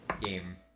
game